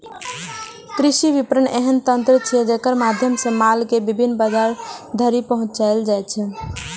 कृषि विपणन एहन तंत्र छियै, जेकरा माध्यम सं माल कें विभिन्न बाजार धरि पहुंचाएल जाइ छै